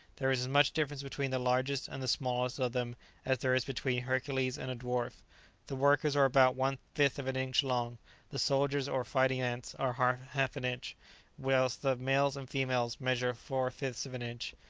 there is as much difference between the largest and the smallest of them as there is between hercules and a dwarf the workers are about one-fifth of an inch long the soldiers, or fighting-ants, are half an inch whilst the males and females measure four fifths of an inch.